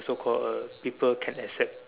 so called a people can accept